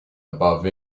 above